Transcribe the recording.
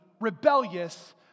rebellious